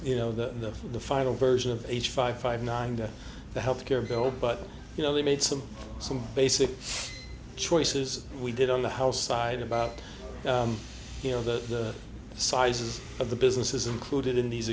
you know the the final version of h five five nine and the health care bill but you know they made some some basic choices we did on the house side about you know the sizes of the businesses included in these